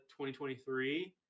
2023